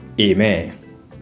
Amen